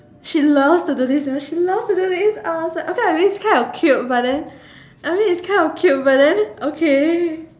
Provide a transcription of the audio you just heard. she loved to do this you know she loved to do this I was like okay ah it's kind of cute but then I mean it's kind of cute but then okay